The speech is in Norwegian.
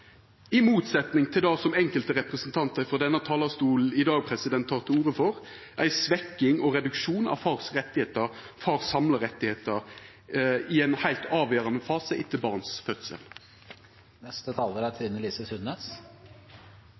i motsetnad til det som enkelte representantar frå talarstolen i dag tek til orde for – ei svekking og ein reduksjon av fars samla rettar i ein heilt avgjerande fase etter barns fødsel. Hvor er